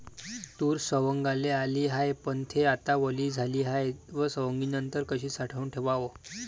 तूर सवंगाले आली हाये, पन थे आता वली झाली हाये, त सवंगनीनंतर कशी साठवून ठेवाव?